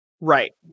Right